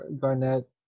garnett